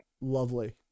lovely